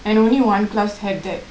and only one class had that